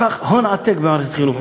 הון עתק כל כך במערכת החינוך,